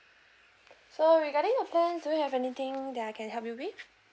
so regarding the plan do you have anything that I can help you with